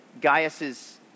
Gaius's